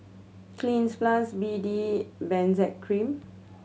Cleanz Plus B D Benzac Cream